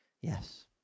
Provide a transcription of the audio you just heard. Yes